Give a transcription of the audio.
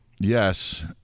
Yes